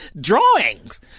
drawings